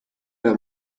alla